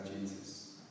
Jesus